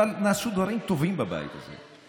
נעשו דברים טובים בבית הזה.